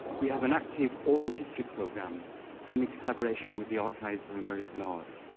we have an active oral history program semi-collaboration with the archives of american art.